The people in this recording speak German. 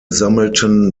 sammelten